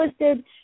listed